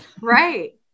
Right